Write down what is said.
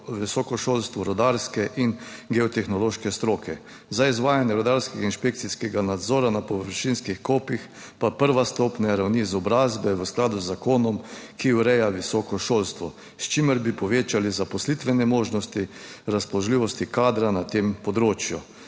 visoko šolstvo, rudarske in geotehnološke stroke, za izvajanje rudarskega inšpekcijskega nadzora na površinskih kopih pa prva stopnja ravni izobrazbe v skladu z zakonom, ki ureja visoko šolstvo, s čimer bi povečali zaposlitvene možnosti razpoložljivosti kadra na tem področju.